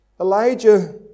Elijah